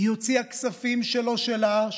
היא הוציאה כספים שלא שלה,